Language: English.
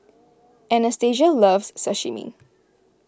Anastasia loves Sashimi